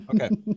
okay